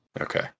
Okay